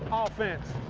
ah offense.